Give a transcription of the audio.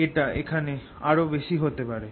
এটা এখানে আরও বেশি হতে পারে